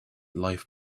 life